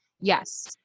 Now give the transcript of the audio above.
yes